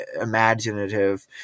imaginative